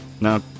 Now